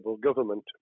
government